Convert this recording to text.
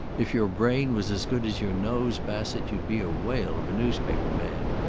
if your brain was as good as your nose, bassett, you'd be a whale of a newspaper man.